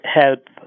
help